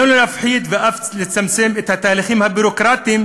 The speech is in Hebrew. עלינו להפחית ואף לצמצם את התהליכים הביורוקרטיים